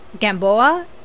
gamboa